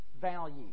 value